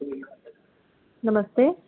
नमस्ते